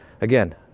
again